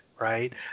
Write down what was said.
Right